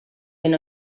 ben